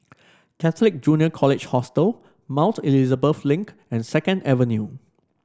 Catholic Junior College Hostel Mount Elizabeth Link and Second Avenue